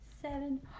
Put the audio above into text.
Seven